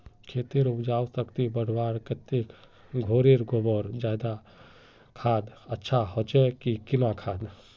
खेतेर उपजाऊ शक्ति बढ़वार केते घोरेर गबर खाद ज्यादा अच्छा होचे या किना खाद?